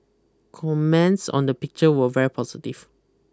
comments on the picture were very positive